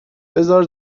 بذار